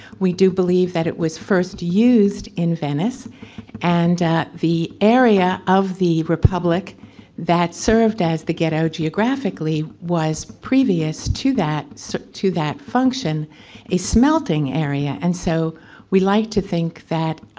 we do believe that it was first used in venice and the area of the republic that served as the ghetto geographically was previous to that so to that function a smelting area. and so we like to think that,